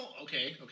okay